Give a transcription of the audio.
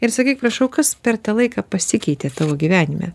ir sakyk prašau kas per tą laiką pasikeitė tavo gyvenime